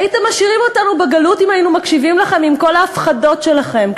הייתם משאירים אותנו בגלות אם היינו מקשיבים לכם עם כל ההפחדות שלכם.